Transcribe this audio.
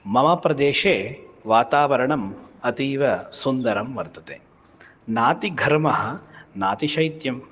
मम प्रदेशे वातावरणम् अतीवसुन्दरं वर्तते नातिघर्मः नातिशैत्यं